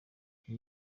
iki